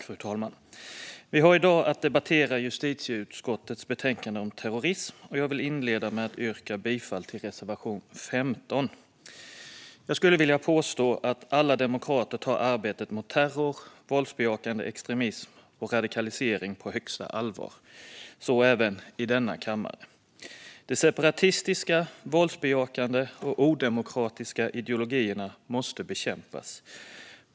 Fru talman! Vi har i dag att debattera justitieutskottets betänkande om terrorism, och jag vill inleda med att yrka bifall till reservation 15. Jag skulle vilja påstå att alla demokrater tar arbetet mot terror, våldsbejakande extremism och radikalisering på högsta allvar. Så även i denna kammare. De separatistiska, våldsbejakande och odemokratiska ideologierna måste bekämpas.